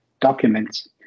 documents